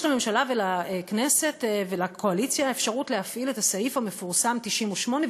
יש לממשלה ולכנסת ולקואליציה אפשרות להפעיל את הסעיף המפורסם 98,